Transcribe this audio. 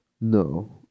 No